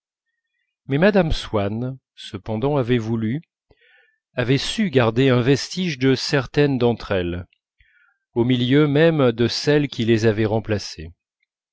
mais mme swann cependant avait voulu avait su garder un vestige de certaines d'entre elles au milieu même de celles qui les avaient remplacées